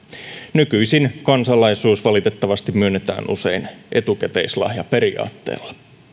nykyisin kansalaisuus valitettavasti myönnetään usein etukäteislahjaperiaatteella